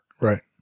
right